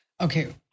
okay